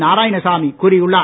நாராயணசாமி கூறியுள்ளார்